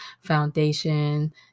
foundation